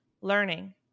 learning